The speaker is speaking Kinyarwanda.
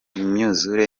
imyuzure